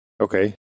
Okay